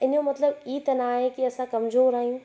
त इन जो मतलबु ही त न आहे कि असां कमज़ोर आहियूं